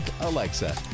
Alexa